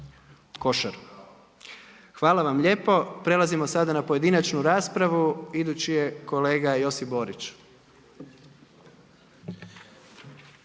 košaru. Hvala vam lijepo. Prelazimo sada na pojedinačnu raspravu. Idući je kolega Josip Borić.